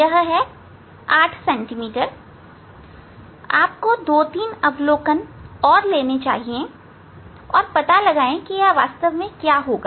यह है 8 सेंटीमीटर आपको 2 3 अवलोकन और लेने चाहिए और पता लगाएं कि यह वास्तव में क्या होगा